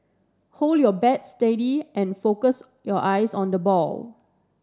hold your bat steady and focus your eyes on the ball